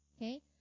okay